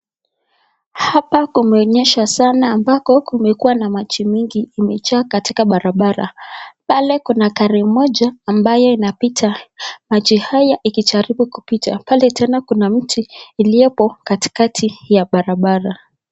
Hapa kumenyesha sana ambako kumekuwa na maji mingi imejaa katika barabara pale kuna gari moja ambayo inapita, maji haya ikijaribu kupita pale tena kuna miti iliyopo katikati ya barabara.